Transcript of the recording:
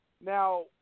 now